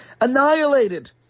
annihilated